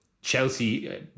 Chelsea